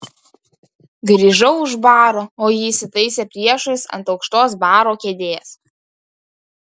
grįžau už baro o ji įsitaisė priešais ant aukštos baro kėdės